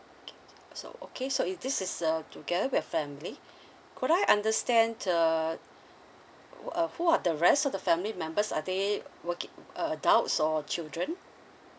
okay okay so okay so if this is uh together with a family could I understand uh what uh who are the rest of the family members are they working uh adults or children